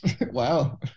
Wow